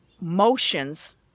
motions